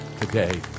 today